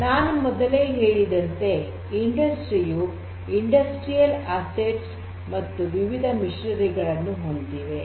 ನಾನು ಮೊದಲೇ ಹೇಳಿದಂತೆ ಕೈಗಾರಿಕೆಯು ಕೈಗಾರಿಕಾ ಸ್ವತ್ತುಗಳು ಮತ್ತು ವಿವಿಧ ಮಷಿನರಿ ಯಂತ್ರೋಪಕರಣಗಳನ್ನು ಹೊಂದಿವೆ